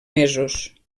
mesos